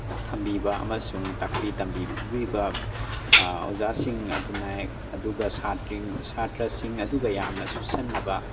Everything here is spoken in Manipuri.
ꯊꯝꯕꯤꯕ ꯑꯃꯁꯨꯡ ꯇꯥꯛꯄꯤ ꯇꯝꯕꯤꯔꯤꯕ ꯑꯣꯖꯥꯁꯤꯡ ꯑꯗꯨꯅ ꯑꯗꯨꯒ ꯁꯥꯇ꯭ꯔꯁꯤꯡ ꯑꯗꯨꯒ ꯌꯥꯝꯅ ꯆꯨꯁꯟꯅꯕ